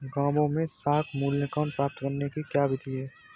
गाँवों में साख मूल्यांकन प्राप्त करने की क्या विधि है?